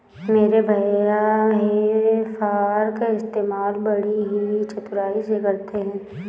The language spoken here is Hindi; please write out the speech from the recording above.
मेरे भैया हे फार्क इस्तेमाल बड़ी ही चतुराई से करते हैं